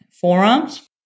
forearms